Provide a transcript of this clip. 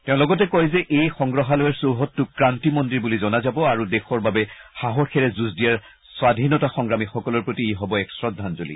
তেওঁ লগতে কয় যে এই সমগ্ৰ সংগ্ৰাহালয়ৰ চৌহদটোক ক্ৰান্তি মন্দিৰ বুলি জনা যাব আৰু দেশৰ বাবে সাহসেৰে যুঁজ দিয়া স্বাধীনতা সংগ্ৰামীসকলৰ প্ৰতি ই হ'ব এক শ্ৰদ্ধাঞ্জলি